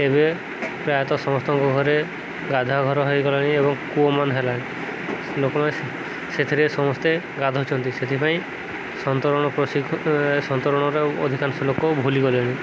ଏବେ ପ୍ରାୟତଃ ସମସ୍ତଙ୍କ ଘରେ ଗାଧୁଆଘର ହୋଇଗଲାଣି ଏବଂ କୂଅମାନ ହେଲାଣି ଲୋକମାନେ ସେଥିରେ ସମସ୍ତେ ଗାଧଉଛନ୍ତି ସେଥିପାଇଁ ସନ୍ତରଣ ପ୍ରଶିକ୍ଷଣ ସନ୍ତରଣର ଅଧିକାଂଶ ଲୋକ ଭୁଲିଗଲେଣି